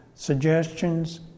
Suggestions